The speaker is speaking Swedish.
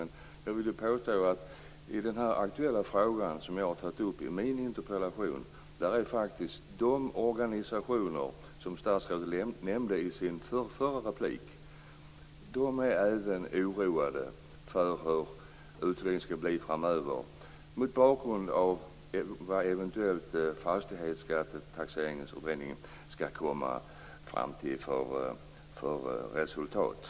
Men jag vill påstå att i denna aktuella fråga, som jag har tagit upp i min interpellation, är de organisationer som statsrådet nämnde i sitt förrförra inlägg oroade för hur utvecklingen skall bli framöver, och detta mot bakgrund av vad Fastighetsskatteutredningen skall komma fram till för resultat.